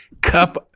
cup